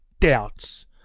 doubts